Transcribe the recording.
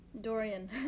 Dorian